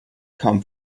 kaum